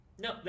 No